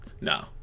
No